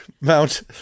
mount